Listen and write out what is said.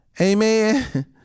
Amen